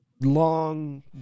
long